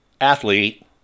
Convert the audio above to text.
athlete